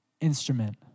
instrument